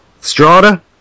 Strada